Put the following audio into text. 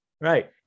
right